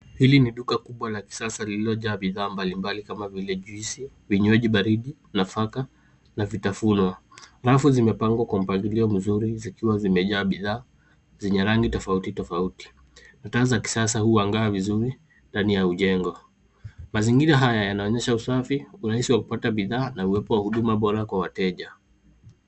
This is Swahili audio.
Hili ni duka kubwa la kisasa lililojaa bidhaa mbalimbali kama vile juisi, vinywaji baridi, nafaka na vitafunwa. Rafu zimepangwa kwa mpangilio mzuri zikiwa zimejaa bidhaa zenye rangi tofauti tofauti. Mtaa za kisasa huangaa vizuri ndani ya mjengo. Mazingira haya yanaonyesha usafi, urahisi wa kupata bidhaa na uwepo wa huduma bora Kwa wateja.